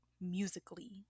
musically